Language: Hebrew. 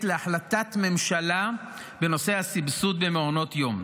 להחלטת ממשלה בנושא הסבסוד במעונות יום,